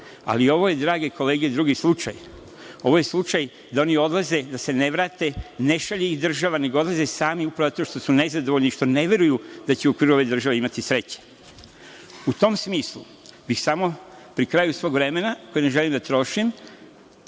Ali, ovo je, drage kolege, drugi slučaj. Ovo je slučaj da oni odlaze i da se ne vrate. Ne šalje ih država, nego odlaze sami upravo zato što su nezadovoljni i što ne veruju da će u okviru ove države imati sreće.U tom smislu, samo bih pri kraju svog vremena, koje ne želim da trošim,